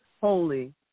holy